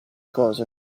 cose